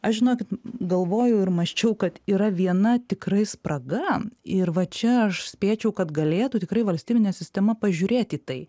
aš žinokit galvoju ir mąsčiau kad yra viena tikrai spraga ir va čia aš spėčiau kad galėtų tikrai valstybinė sistema pažiūrėt į tai